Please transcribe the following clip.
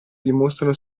dimostrano